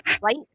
Right